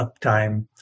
uptime